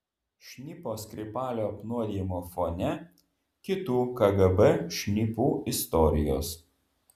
šnipo skripalio apnuodijimo fone kitų kgb šnipų istorijos